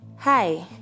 hi